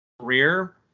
career